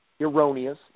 erroneous